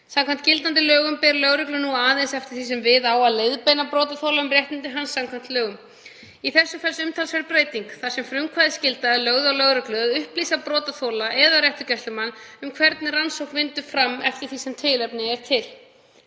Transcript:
Samkvæmt gildandi lögum ber lögreglu nú aðeins, eftir því sem við á, að leiðbeina brotaþolum um réttindi hans samkvæmt lögum. Í þessu felst umtalsverð breyting þar sem frumkvæðisskylda er lögð á lögreglu að upplýsa brotaþola eða réttargæslumann um hvernig rannsókn vindur fram eftir því sem tilefni er til.